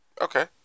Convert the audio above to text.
Okay